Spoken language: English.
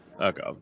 Okay